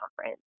conference